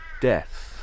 death